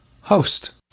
host